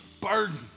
burden